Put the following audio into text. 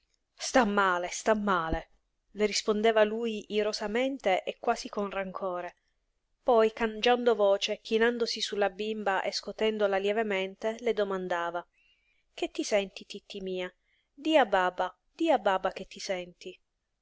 sta male sta male le rispondeva lui irosamente e quasi con rancore poi cangiando voce chinandosi su la bimba e scotendola lievemente le domandava che ti senti titti mia di a baba di a baba che ti senti